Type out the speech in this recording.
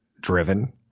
driven